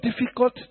difficult